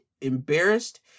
embarrassed